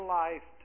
life